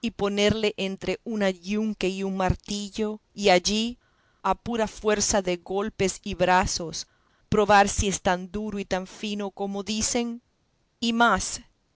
y ponerle entre un ayunque y un martillo y allí a pura fuerza de golpes y brazos probar si es tan duro y tan fino como dicen y más